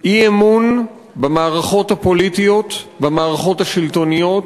אי-אמון במערכות הפוליטיות, במערכות השלטוניות.